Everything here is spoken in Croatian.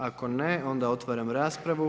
Ako ne, onda otvaram raspravu.